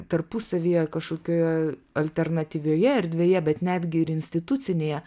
tarpusavyje kažkokioje alternatyvioje erdvėje bet netgi ir institucinėje